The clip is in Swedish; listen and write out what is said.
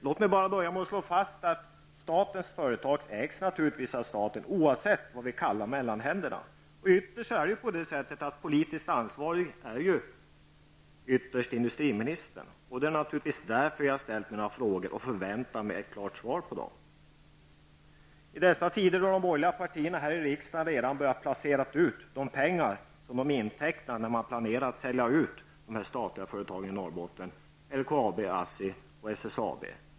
Jag vill börja med att slå fast att statens företag naturligtvis ägs av staten, oavsett vad mellanhänderna kallas. Industriministern är politiskt ytterst ansvarig. Det är naturligtvis därför som jag har ställt mina frågor, och jag förväntar mig ett svar på dem. I dessa tider har de borgerliga partierna här i riksdagen redan börjat utplacera de pengar som de har intecknat vid en planerad utförsäljning av de statliga företagen i Norrbotten, LKAB, ASSI och SSAB.